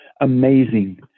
amazing